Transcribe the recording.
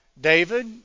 David